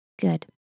good